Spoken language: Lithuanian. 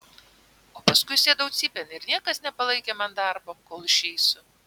o paskui sėdau cypėn ir niekas nepalaikė man darbo kol išeisiu